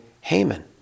Haman